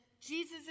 Jesus